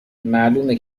معلومه